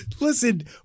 Listen